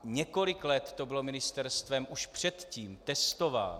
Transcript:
Několik let to bylo ministerstvem už předtím testováno.